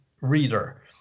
reader